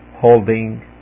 holding